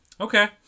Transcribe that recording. Okay